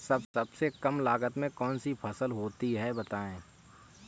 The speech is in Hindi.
सबसे कम लागत में कौन सी फसल होती है बताएँ?